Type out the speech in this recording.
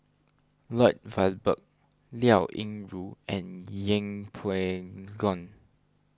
Lloyd Valberg Liao Yingru and Yeng Pway Ngon